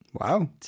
Wow